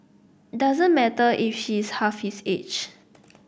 doesn't matter if she's half his age